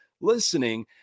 listening